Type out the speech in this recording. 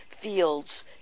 fields